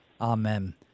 Amen